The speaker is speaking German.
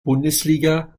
bundesliga